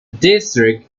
district